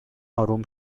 آروم